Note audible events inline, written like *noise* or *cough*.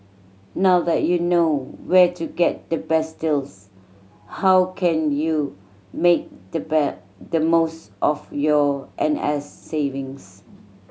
now that you know where to get the best deals how can you make the *unintelligible* the most of your N S savings